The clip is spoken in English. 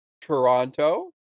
Toronto